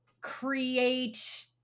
create